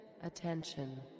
Attention